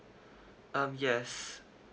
um yes